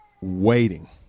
waiting